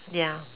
ya